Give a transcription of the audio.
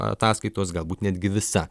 ataskaitos galbūt netgi visa